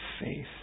faith